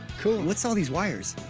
what's all these wires?